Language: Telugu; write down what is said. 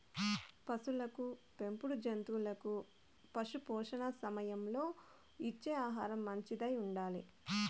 పసులకు పెంపుడు జంతువులకు పశుపోషణ సమయంలో ఇచ్చే ఆహారం మంచిదై ఉండాలి